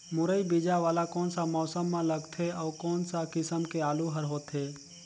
मुरई बीजा वाला कोन सा मौसम म लगथे अउ कोन सा किसम के आलू हर होथे?